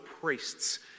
priests